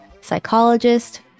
psychologist